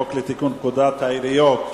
לתיקון פקודת העיריות,